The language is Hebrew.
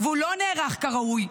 והוא לא נערך כראוי,